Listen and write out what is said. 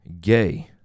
gay